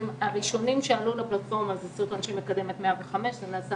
הראשונים שעלו לפלטפורמה הוא סרטון שמקדם את 105. זה נעשה